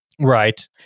Right